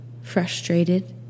frustrated